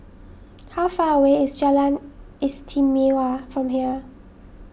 how far away is Jalan Istimewa from here